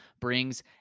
brings